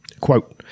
quote